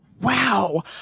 Wow